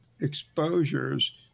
exposures